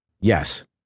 yes